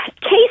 case